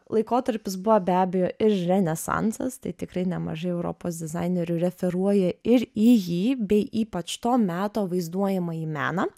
laikotarpis buvo be abejo ir renesansas tai tikrai nemažai europos dizainerių referuoja ir į jį bei ypač to meto vaizduojamąjį meną